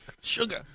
Sugar